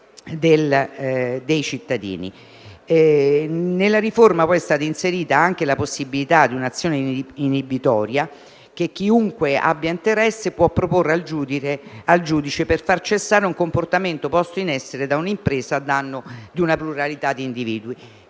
Nella riforma è stata inserita anche la possibilità di un'azione inibitoria, che chiunque abbia interesse può proporre al giudice per far cessare un comportamento posto in essere da un'impresa a danno di una pluralità di individui.